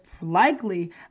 likely